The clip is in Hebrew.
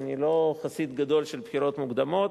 שאני לא חסיד גדול של בחירות מוקדמות,